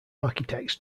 architects